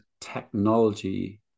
technology